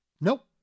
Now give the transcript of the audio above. Nope